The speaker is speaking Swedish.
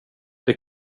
det